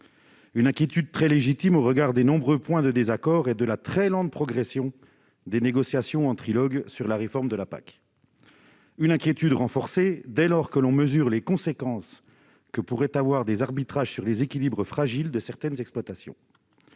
Cette inquiétude est très légitime au regard des nombreux points de désaccord et de la très lente progression des négociations en trilogue sur la réforme de la PAC. Et elle est renforcée dès lors que l'on mesure les conséquences que pourraient avoir des arbitrages sur les équilibres fragiles de certaines exploitations.